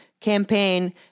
campaign